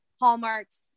Hallmark's